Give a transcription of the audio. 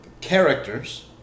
Characters